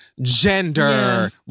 gender